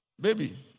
Baby